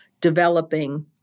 developing